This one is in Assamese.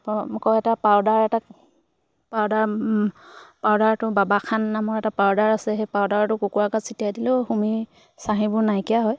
আকৌ এটা পাউডাৰ এটা পাউডাৰ পাউডাৰটো বাবা খান নামৰ এটা পাউদাৰ আছে সেই পাউডাৰটো কুকুৰাৰ গাত ছিটিয়াই দিলেও হুমি চাহীবোৰ নাইকিয়া হয়